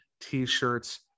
T-shirts